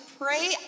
pray